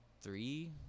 three